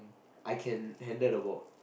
I can handle the ball